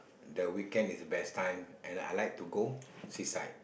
the weekend is best time and I like to go seaside